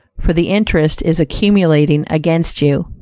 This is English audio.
for the interest is accumulating against you.